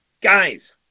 Guys